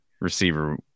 receiver